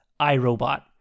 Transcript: iRobot